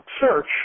search